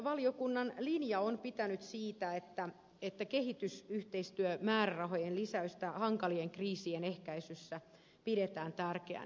ulkoasiainvaliokunnan linja on pitänyt siinä että kehitysyhteistyömäärärahojen lisäystä hankalien kriisien ehkäisyssä pidetään tärkeänä